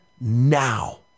now